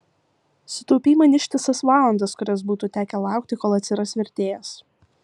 sutaupei man ištisas valandas kurias būtų tekę laukti kol atsiras vertėjas